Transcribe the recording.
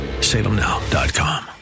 salemnow.com